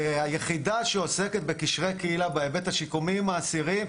היחידה שעוסקת בקשרי קהילה בהיבט השיקומי עם האסירים,